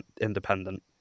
independent